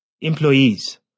employees